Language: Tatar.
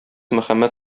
мөхәммәд